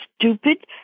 stupid